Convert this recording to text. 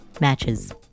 matches